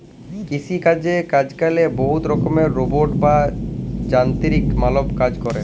কিসি ছাসে আজক্যালে বহুত রকমের রোবট বা যানতিরিক মালব কাজ ক্যরে